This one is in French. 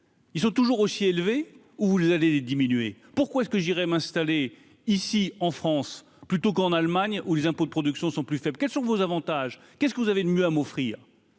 ils sont toujours aussi élevé où vous allez diminuer pourquoi est-ce que j'irai m'installer ici en France plutôt qu'en Allemagne où les impôts de production sont plus faibles, quelles sont vos avantages qu'est-ce que vous avez de mieux à m'offrir